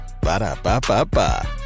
Ba-da-ba-ba-ba